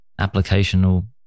applicational